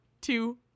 two